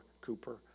Cooper